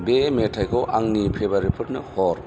बे मेथाइखौ आंनि फेभारेटफोरनो हर